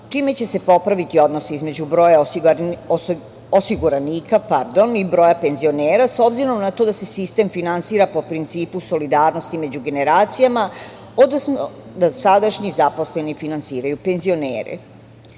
čime će se popraviti odnos između broja osiguranika i broja penzionera, s obzirom na to da se sistem finansira po principu solidarnosti među generacijama, odnosno da sadašnji zaposleni finansiraju penzionere. Kada